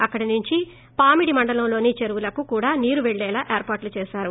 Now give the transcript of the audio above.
అక్కడి నుంచి పామిడి మండలంలోని చెరువులకు కూడా నీరు పెళ్లేలా ఏర్పాట్లు చేశారు